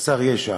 חסר ישע.